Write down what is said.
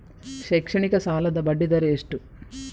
ಶೈಕ್ಷಣಿಕ ಸಾಲದ ಬಡ್ಡಿ ದರ ಎಷ್ಟು?